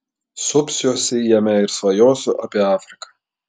supsiuosi jame ir svajosiu apie afriką